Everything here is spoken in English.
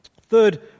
Third